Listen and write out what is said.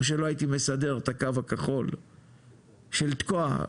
או שלא הייתי מסדר את הקו הכחול של תקוע,